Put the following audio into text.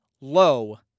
low